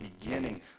beginning